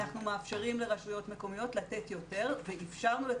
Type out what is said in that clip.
אנחנו מאפשרים לרשויות מקומיות לתת יותר ולצורך